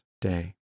day